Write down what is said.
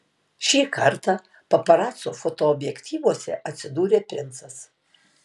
šį kartą paparacų fotoobjektyvuose atsidūrė princas